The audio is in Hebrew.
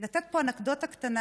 לתת פה אנקדוטה קטנה,